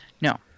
No